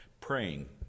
praying